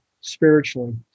spiritually